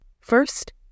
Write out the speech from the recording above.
first